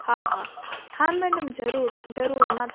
हा हा हा मैडम जरूर जरूर मां